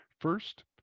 First